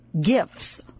gifts